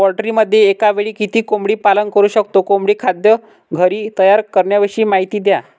पोल्ट्रीमध्ये एकावेळी किती कोंबडी पालन करु शकतो? कोंबडी खाद्य घरी तयार करण्याविषयी माहिती द्या